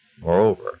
Moreover